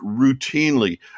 routinely